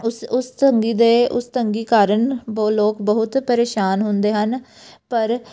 ਉਸ ਉਸ ਤੰਗੀ ਦੇ ਉਸ ਤੰਗੀ ਕਾਰਨ ਵੋ ਲੋਕ ਬਹੁਤ ਪਰੇਸ਼ਾਨ ਹੁੰਦੇ ਹਨ ਪਰ